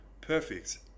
perfect